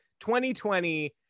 2020